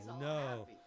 no